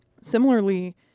similarly